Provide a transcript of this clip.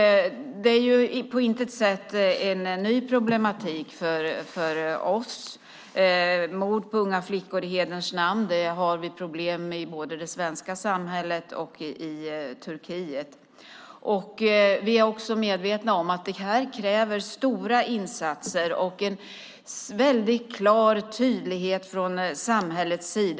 Detta är på intet sätt en ny problematik för oss. Mord på unga flickor i hederns namn har vi problem med både i det svenska samhället och i Turkiet. Vi är medvetna om att det här kräver stora insatser och en väldig tydlighet från samhällets sida.